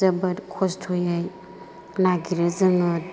जोबोद खस्त'यै नागिरो जोङो